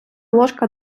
ложка